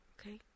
okay